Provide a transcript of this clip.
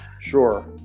sure